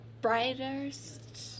brightest